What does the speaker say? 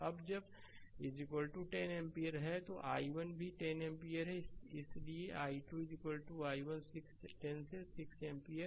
अब जब 10 एम्पीयर तो i1 भी 10 एम्पीयर इसलिए i2 i1 6 या 10 से 6 एम्पीयर